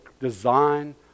design